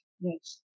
yes